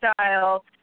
style